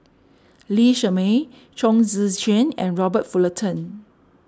Lee Shermay Chong Tze Chien and Robert Fullerton